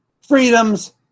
freedoms